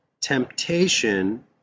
temptation